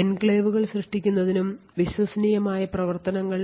എൻക്ലേവുകൾ സൃഷ്ടിക്കുന്നതിനും വിശ്വസനീയമായ പ്രവർത്തനങ്ങൾ